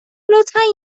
لطفا